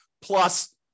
plus